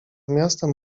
miastem